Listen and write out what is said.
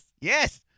yes